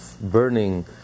burning